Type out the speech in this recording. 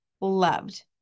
loved